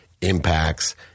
impacts